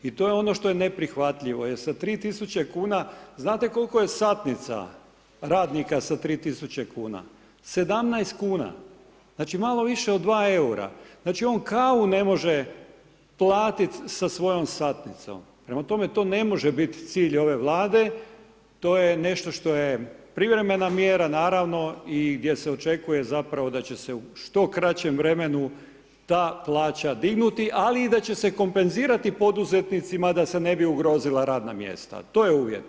I to je ono što je neprihvatljivo, jer sa 3.000 kuna znate kolko je satnica radnika sa 3.000 kuna, 17 kuna, znači malo više od 2 EUR-a, znači on kavu ne može platit sa svojom satnicom, prema tome to ne može biti cilj ove Vlade, to je nešto što je privremena mjera naravno i gdje se očekuje zapravo da će se u što kraćem vremenu ta plaća dignuti, ali i da će se kompenzirati poduzetnicima da se ne bi ugrozila radna mjesta, to je uvjet.